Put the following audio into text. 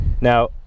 Now